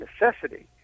necessity